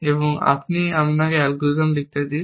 এবং আমাকে এখানে অ্যালগরিদম লিখতে দিন